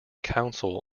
council